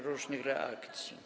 różnych reakcji.